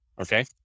okay